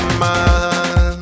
man